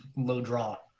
low draw.